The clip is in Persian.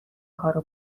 کارو